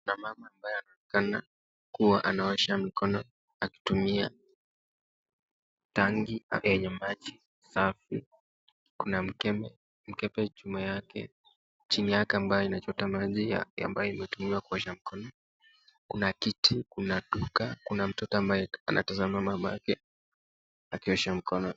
Ni mama ambaye anaonekana kuwa anaosha mkono akitumia tanki yaliyo na maji safi. Kuna mkebe nyuma yake, chini yake ambayo inachota maji ambayo inatumiwa kuosha mkono. Kuna kiti, kuna duka, kuna mtoto ambaye anatazama mama yake akiosha mkono.